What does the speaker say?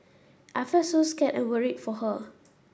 I felt so scared and worried for her